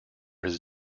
his